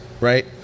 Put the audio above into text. right